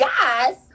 guys